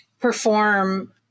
perform